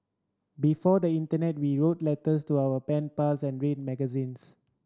before the internet we wrote letters to our pen pals and read magazines